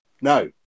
No